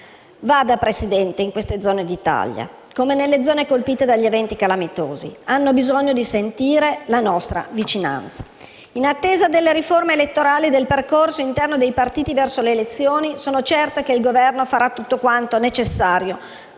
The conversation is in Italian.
Vada, Presidente, in queste zone d'Italia, come nelle zone colpite dagli eventi calamitosi, perché hanno bisogno di sentire la nostra vicinanza. In attesa della riforma elettorale e del percorso interno dei partiti verso le elezioni, sono certa che il Governo farà tutto quanto necessario